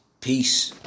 Peace